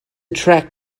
track